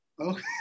Okay